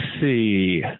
see